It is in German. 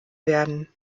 werden